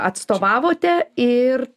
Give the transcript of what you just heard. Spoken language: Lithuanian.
atstovavote ir